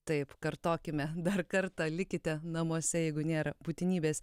taip kartokime dar kartą likite namuose jeigu nėra būtinybės